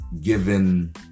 given